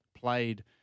played